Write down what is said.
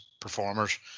performers